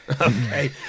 Okay